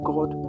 God